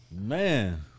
Man